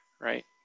right